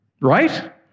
right